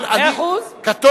מאה אחוז.